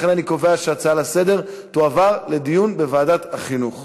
לכן אני קובע שההצעות לסדר-היום יעברו לדיון בוועדת החינוך.